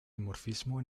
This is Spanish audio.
dimorfismo